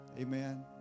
Amen